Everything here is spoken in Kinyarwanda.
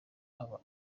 aba